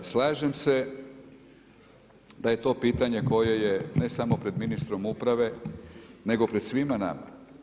Slažem se da je to pitanje koje je ne samo pred ministrom uprave, nego pred svima nama.